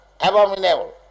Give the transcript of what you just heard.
abominable